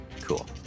Cool